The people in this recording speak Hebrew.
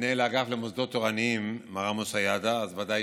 מנהל האגף למוסדות תורניים מר עמוס צייאדה, בוודאי